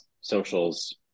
socials